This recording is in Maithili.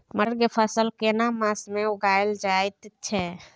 मटर के फसल केना मास में उगायल जायत छै?